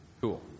Cool